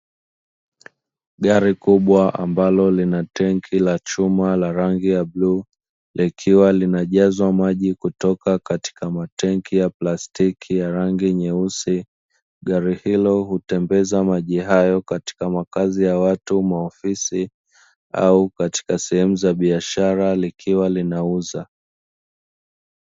Gari kubwa ambalo lina tenki la chuma la rangi ya bluu, likiwa linajazwa maji kutoka katika matenki ya plastiki ya rangi nyeusi. Gari hilo hutembeza maji hayo katika makazi ya watu, maofisi au katika sehemu za biashara likiwa linauza.